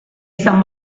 izan